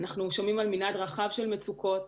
שומעים על מנעד רחב של מצוקות,